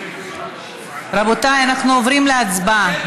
רבותיי, אנחנו עוברים להצבעה.